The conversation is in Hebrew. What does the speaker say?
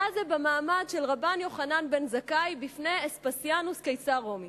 היה זה במעמד של רבן יוחנן בן זכאי בפני אספסיאנוס קיסר רומי.